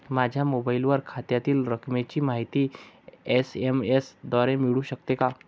माझ्या मोबाईलवर खात्यातील रकमेची माहिती एस.एम.एस द्वारे मिळू शकते का?